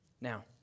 Now